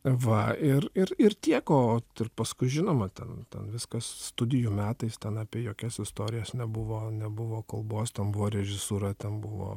va ir ir ir tiek o paskui žinoma ten viskas studijų metais ten apie jokias istorijas nebuvo nebuvo kalbos ten buvo režisūra ten buvo